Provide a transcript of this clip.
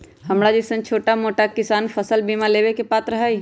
हमरा जैईसन छोटा मोटा किसान फसल बीमा लेबे के पात्र हई?